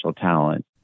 talent